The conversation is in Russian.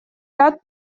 ряд